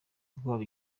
bwabo